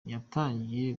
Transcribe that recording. yatangiye